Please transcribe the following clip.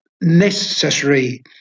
necessary